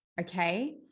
okay